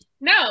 no